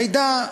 מידע,